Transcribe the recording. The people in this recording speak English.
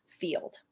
field